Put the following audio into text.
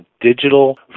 digital